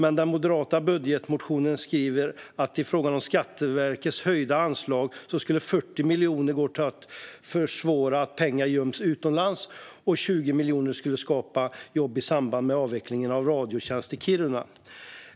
I den moderata budgetmotionen skriver man att i frågan om Skatteverkets höjda anslag skulle 40 miljoner gå till att försvåra att pengar göms utomlands och 20 miljoner skulle skapa jobb i samband med avvecklingen av Radiotjänst i Kiruna.